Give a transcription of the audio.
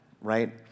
right